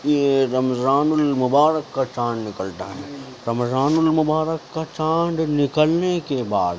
یہ رمضان المبارک کا چاند نکلتا ہے رمضان المبارک کا چاند نکلنے کے بعد